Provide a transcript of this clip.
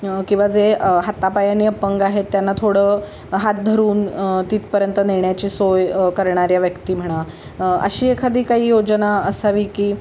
किंवा जे हातापायानी अपंग आहेत त्यांना थोडं हात धरून तिथपर्यंत नेण्याची सोय करणाऱ्या व्यक्ती म्हणा अशी एखादी काही योजना असावी की